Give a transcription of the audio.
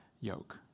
yoke